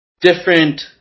different